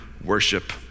worship